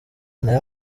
nayo